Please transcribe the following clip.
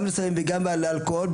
גם לסמים וגם לאלכוהול,